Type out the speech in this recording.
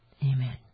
Amen